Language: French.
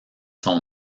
son